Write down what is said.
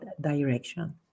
direction